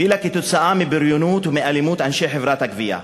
הפילה כתוצאה מבריונות ומאלימות אנשי חברת הגבייה.